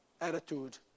attitude